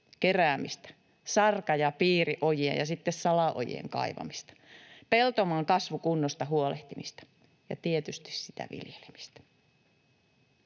keräämistä, sarka- ja piiriojien ja sitten salaojien kaivamista, peltomaan kasvukunnosta huolehtimista ja tietysti sitä viljelemistä.